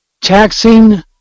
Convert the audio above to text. taxing